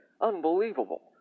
Unbelievable